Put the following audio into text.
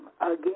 Again